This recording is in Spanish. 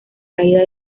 caída